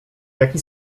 jaki